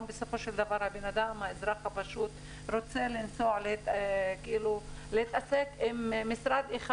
בסופו של דבר האזרח הפשוט רוצה להתעסק עם משרד אחד,